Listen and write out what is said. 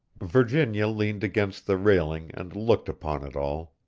virginia leaned against the railing and looked upon it all.